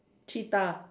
cheetah